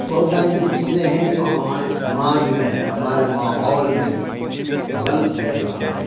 بہت ساری چیزیں ہیں جو ہمارے سماج میں ہمارے ماحول میں غلط پھیل رہا ہے